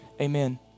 Amen